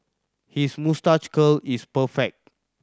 his moustache curl is perfect